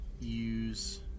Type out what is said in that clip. use